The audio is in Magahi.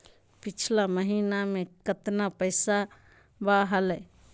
पिछला महीना मे कतना पैसवा हलय?